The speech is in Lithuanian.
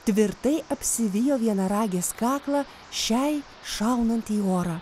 tvirtai apsivijo vienaragės kaklą šiai šaunant į orą